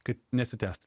kad nesitęstų